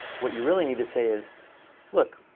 what you really need to say is look,